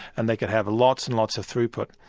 and they could have lots and lots of throughput.